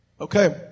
Okay